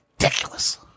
ridiculous